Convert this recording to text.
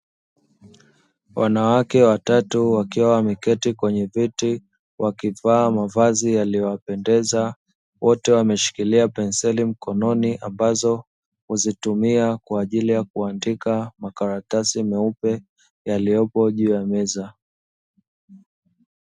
Wanawake watatu wakiwa wameketi kwenye viti , wakivaa mavazi yaliyowapendeza wote wameshikilia penseli mkononi, ambazo huzitumia kwaajili ya kuandika makaratasi meupe yaliyopo juu ya meza .